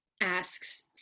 asks